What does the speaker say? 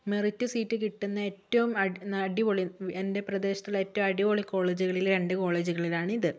merit seat കിട്ടുന്ന ഏറ്റവും ആഡ് അടിപൊളി എന്റെ പ്രദേശത്തുള്ള ഏറ്റവും അടിപൊളി കോളേജുകളിലെ രണ്ട് കോളേജുകളാണ് ഇത്